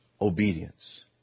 obedience